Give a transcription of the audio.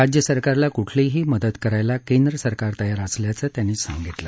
राज्य सरकारला कुठलीही मदत करायला केंद्र सरकार तयार असल्याचं त्यांनी सांगितलं